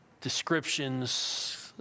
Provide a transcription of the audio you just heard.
descriptions